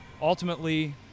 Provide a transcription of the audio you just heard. ultimately